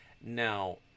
Now